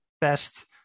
best